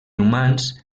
humans